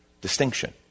distinction